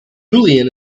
julian